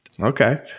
Okay